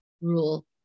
rule